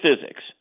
physics